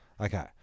Okay